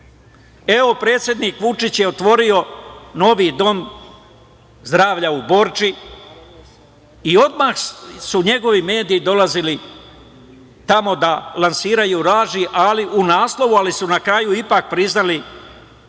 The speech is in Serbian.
predsednik Vučić je otvorio novi Dom zdravlja u Borči i odmah su njegovi mediji dolazili tamo da lansiraju laži u naslovu, ali su na kraju ipak priznali